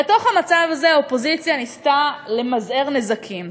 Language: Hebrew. בתוך המצב הזה האופוזיציה ניסתה למזער נזקים,